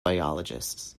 biologists